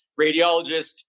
radiologist